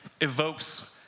evokes